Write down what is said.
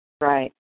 Right